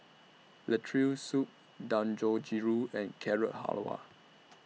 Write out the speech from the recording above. Lentil Soup Dangojiru and Carrot Halwa